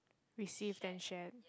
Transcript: receive then share